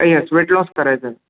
yes weight loss करायचं आहे